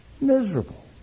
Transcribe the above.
Miserable